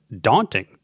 daunting